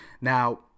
Now –